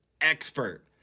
expert